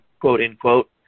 quote-unquote